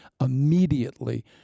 immediately